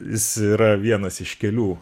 jis yra vienas iš kelių